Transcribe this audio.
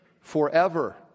forever